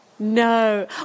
No